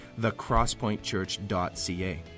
thecrosspointchurch.ca